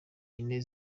yine